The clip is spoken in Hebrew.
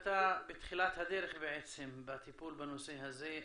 בתחילת הדרך בעצם בטיפול בנושא הזה.